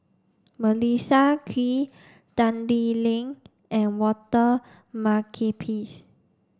Melissa Kwee Tan Lee Leng and Walter Makepeace